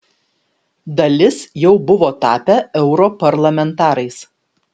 dalis jau buvo tapę europarlamentarais